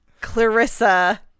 Clarissa